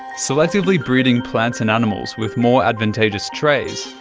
selectively breeding plants and animals with more advantageous traits,